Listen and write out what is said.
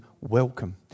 welcome